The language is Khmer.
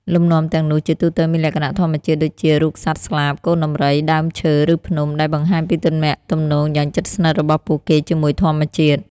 លំនាំទាំងនោះជាទូទៅមានលក្ខណៈធម្មជាតិ ដូចជា រូបសត្វស្លាប កូនដំរី ដើមឈើ ឬភ្នំ ដែលបង្ហាញពីទំនាក់ទំនងយ៉ាងជិតស្និទ្ធរបស់ពួកគេជាមួយធម្មជាតិ។